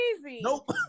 Nope